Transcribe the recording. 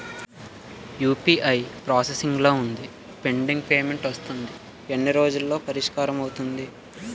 UPI process లో వుందిపెండింగ్ payment వస్తుంది ఎన్ని రోజుల్లో పరిష్కారం అవుతుంది